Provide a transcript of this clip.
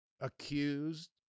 accused